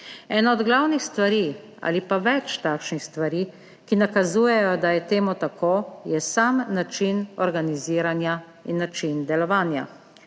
Ena od glavnih stvari ali pa več takšnih stvari, ki nakazujejo, da je temu tako, je sam način organiziranja in način delovanja.